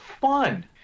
fun